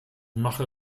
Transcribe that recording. mache